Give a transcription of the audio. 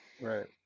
right